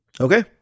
Okay